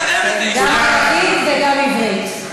עיסאווי, תפרגן למי שמקדם, גם ערבית וגם עברית.